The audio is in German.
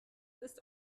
ist